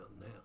now